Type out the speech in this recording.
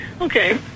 Okay